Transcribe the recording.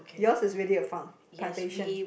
yours is really a farm plantation